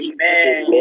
Amen